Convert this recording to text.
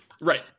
right